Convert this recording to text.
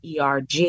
ERG